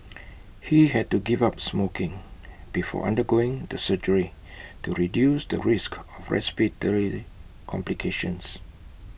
he had to give up smoking before undergoing the surgery to reduce the risk of respiratory complications